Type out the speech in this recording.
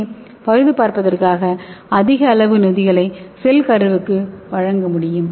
ஏ பழுதுபார்ப்பதற்காக அதிக அளவு நொதிகளை செல் கருவுக்கு வழங்க முடியும்